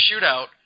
shootout